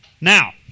Now